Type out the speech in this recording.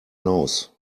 nose